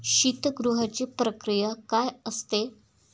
शीतगृहाची प्रक्रिया काय असते?